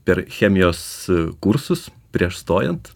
per chemijos kursus prieš stojant